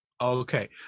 Okay